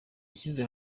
yashyize